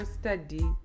study